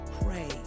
pray